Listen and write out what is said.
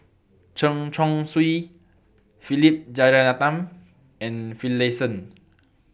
Chen Chong Swee Philip Jeyaretnam and Finlayson